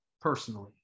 personally